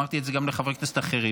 אמרתי את זה גם לחברי כנסת אחרים,